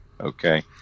Okay